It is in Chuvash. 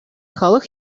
халӑх